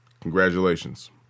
Congratulations